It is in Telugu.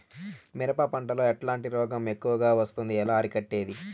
మిరప పంట లో ఎట్లాంటి రోగం ఎక్కువగా వస్తుంది? ఎలా అరికట్టేది?